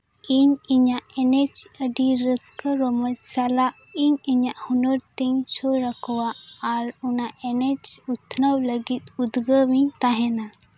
ᱤᱧ ᱤᱧᱟ ᱜ ᱮᱱᱮᱡ ᱟᱹᱰᱤ ᱨᱟᱹᱥᱠᱟᱹ ᱨᱚᱢᱚᱡ ᱥᱟᱞᱟᱜ ᱤᱧ ᱤᱧᱟᱹᱜ ᱦᱩᱱᱟᱹᱨ ᱛᱤᱧ ᱥᱩᱨ ᱟᱠᱚᱣᱟ ᱟᱨ ᱚᱱᱟ ᱚᱱᱟ ᱮᱱᱮᱡ ᱩᱛᱱᱟᱹᱣ ᱞᱟᱹᱜᱤᱫ ᱩᱫᱽᱜᱟᱹᱣ ᱤᱧ ᱛᱟᱦᱮᱸᱱᱟ